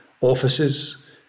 offices